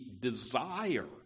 desire